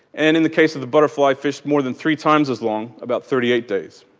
and in the case of the butterfly fish more than three times as long about thirty eight days.